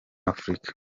afurika